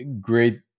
great